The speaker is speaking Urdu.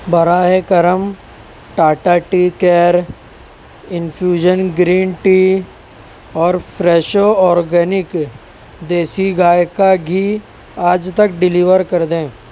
براہ کرم Tata tea care infusion green tea اور فریشو آرگینک دیسی گائے کا گھی آج تک ڈیلیور کر دیں